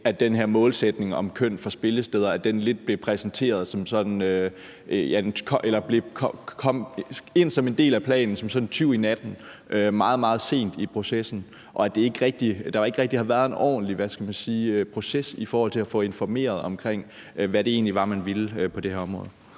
at den her målsætning om køn for spillesteder kom ind som en del af planen som en tyv i natten meget, meget sent i processen, og at der ikke rigtig havde været en ordentlig proces i forhold til at få informeret omkring, hvad det egentlig var, man ville på det her område.